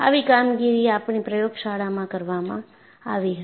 આવી કામગીરી આપણી પ્રયોગશાળામાં કરવામાં આવી હતી